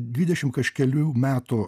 dvidešim kažkelių metų